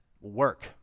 work